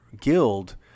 guild